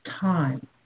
time